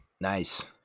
Nice